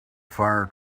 fire